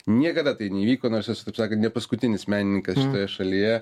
niekada tai neįvyko nors esu taip sakant nepaskutinis menininkas šalyje